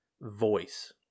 voice